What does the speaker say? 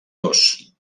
dos